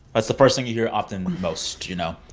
what's the first thing you hear often most, you know?